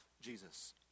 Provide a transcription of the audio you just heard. Jesus